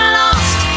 lost